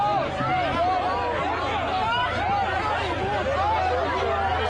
לפי דעתי אז זה היה ממש בהתחלה שהם רק התחילו,